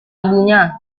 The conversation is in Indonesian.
ibunya